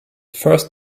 first